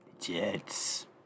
Jets